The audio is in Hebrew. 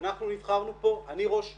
אנחנו נבחרנו פה, אני ראש העיר,